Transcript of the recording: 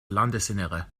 landesinnere